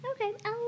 Okay